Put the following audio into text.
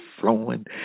flowing